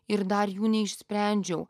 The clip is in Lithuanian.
ir dar jų neišsprendžiau